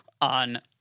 on